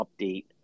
update